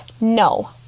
no